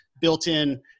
built-in